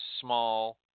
small